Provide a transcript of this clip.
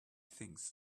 things